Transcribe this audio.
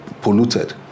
polluted